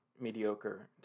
mediocre